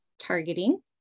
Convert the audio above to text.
targeting